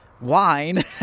Wine